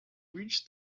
reached